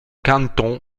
canton